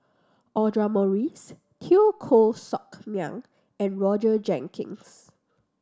Audra Morrice Teo Koh Sock Miang and Roger Jenkins